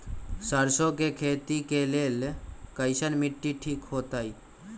सरसों के खेती के लेल कईसन मिट्टी ठीक हो ताई?